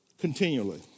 continually